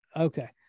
okay